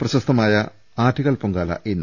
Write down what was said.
പ്രശസ്തമായ ആറ്റുകാൽ പൊങ്കാല ഇന്ന്